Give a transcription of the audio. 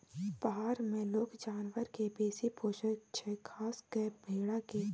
पहार मे लोक जानबर केँ बेसी पोसय छै खास कय भेड़ा केँ